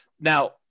Now